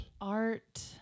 Art